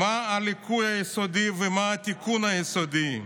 מה הליקוי היסודי ומה התיקון היסודי?